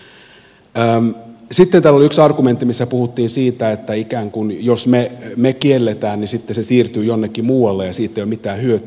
sitten täällä oli yksi argumentti missä puhuttiin siitä että ikään kuin jos me kiellämme niin sitten se siirtyy jonnekin muualle ja siitä ei ole mitään hyötyä